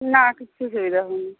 না কিচ্ছু অসুবিধা হবে না